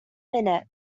minute